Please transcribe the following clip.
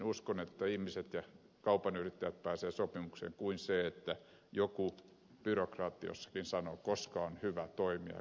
uskon siihen että ihmiset ja kaupan yrittäjät pääsevät sopimukseen ennemmin kuin siihen että joku byrokraatti jossakin sanoo koska on hyvä toimia ja koska ei